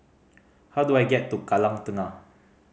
how do I get to Kallang Tengah